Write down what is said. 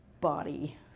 body